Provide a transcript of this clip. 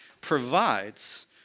provides